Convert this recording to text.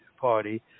party